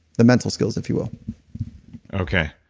the mental skills if you will okay.